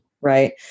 right